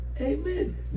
Amen